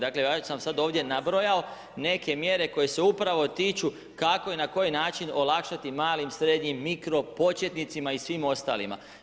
Dakle, ja sam vam sad ovdje nabrojao neke mjere koje se upravo tiču kako i na koji način olakšati malim, srednjim, mikro početnicima i svim ostalima.